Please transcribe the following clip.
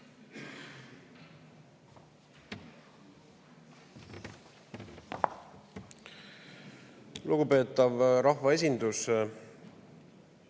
Lugupeetav rahvaesindus!